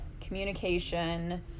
communication